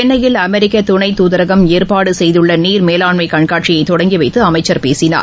சென்னையில் அமெரிக்க துணை தூதரகம் ஏற்பாடு செய்துள்ள நீர் மேலாண்மை கண்காட்சியை தொடங்கி வைத்து அமைச்சர் பேசினார்